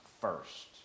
first